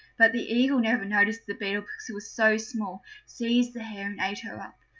but the eagle never noticed the beetle because it was so small, seized the hare and ate her up.